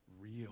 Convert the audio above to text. real